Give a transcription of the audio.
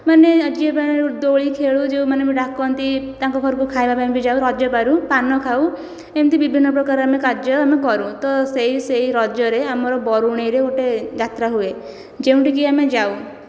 ମାନେ ଯିଏ ମାନେ ଦୋଳି ଖେଳୁ ଯେଉଁମାନେ ବି ଡାକନ୍ତି ତାଙ୍କ ଘରକୁ ଖାଇବା ପାଇଁ ବି ଯାଉ ରଜ ପାଳୁ ପାନ ଖାଉ ଏମିତି ବିଭିନ୍ନ ପ୍ରକାରର ଆମେ କାର୍ଯ୍ୟ ମାନେ କରୁ ତ ସେହି ରଜରେ ଆମର ବାରୁଣେଇରେ ଗୋଟିଏ ଯାତ୍ରା ହୁଏ ଯେଉଁଠିକି ଆମେ ଯାଉ